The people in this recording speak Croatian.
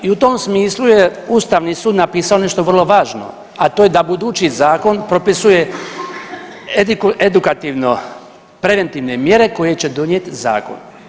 I u tom smislu je ustavni sud napisao nešto vrlo važno, a to je da budući zakon propisuje edukativno-preventivne mjere koje će donijeti zakon.